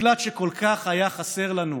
מקלט שכל כך היה חסר לנו